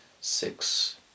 six